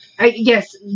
yes